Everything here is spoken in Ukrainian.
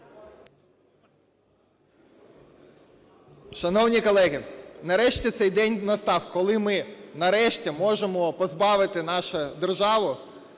Шановні колеги, нарешті цей день настав, коли ми нарешті можемо позбавити нашу державу